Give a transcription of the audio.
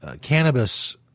cannabis